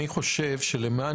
אני חושב שלמען,